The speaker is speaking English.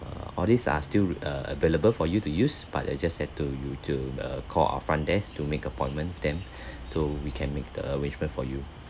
err all these are still err available for you to use but I just had to you to err call our front desk to make appointment then to we can make the arrangement for you